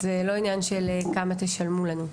זה לא עניין של כמה תשלמו לנו,